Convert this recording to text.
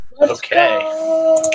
Okay